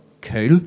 cool